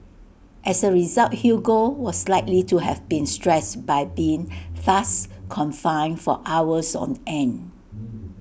as A result Hugo was likely to have been stressed by being thus confined for hours on end